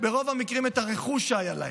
ברוב המקרים את הרכוש שהיה להם,